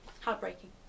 heartbreaking